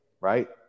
right